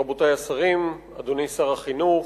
תודה רבה, רבותי השרים, אדוני שר החינוך,